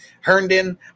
Herndon